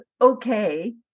okay